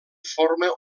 forma